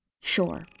sure